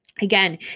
again